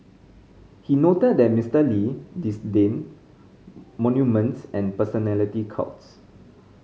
he noted that Mister Lee disdained monuments and personality cults